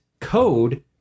code